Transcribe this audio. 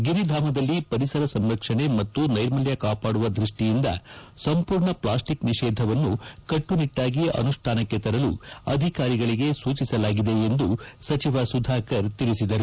ಗಿರಿಧಾಮದಲ್ಲಿ ಪುಸರ ಸಂರಕ್ಷಣೆ ಮತ್ತು ನೈರ್ಮಲ್ಯ ಕಾಪಾಡುವ ದೃಷ್ಟಿಯಿಂದ ಸಂಪೂರ್ಣ ಪ್ಲಾಸ್ಟಿಕ್ ನಿಷೇಧವನ್ನು ಕಟ್ಟುನಿಟ್ಟಾಗಿ ಅನುಷ್ಠಾನಕ್ಕೆ ತರಲು ಅಧಿಕಾರಿಗಳಿಗೆ ಸೂಚಿಸಲಾಗಿದೆ ಎಂದು ಸುಧಾಕರ್ ತಿಳಿಸಿದರು